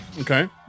okay